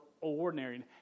ordinary